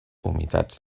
humitats